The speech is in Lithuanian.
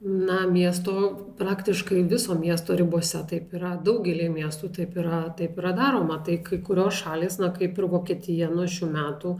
na miesto praktiškai viso miesto ribose taip yra daugelyje miestų taip yra taip yra daroma tai kai kurios šalys na kaip ir vokietija nuo šių metų